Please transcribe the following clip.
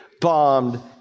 bombed